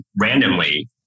randomly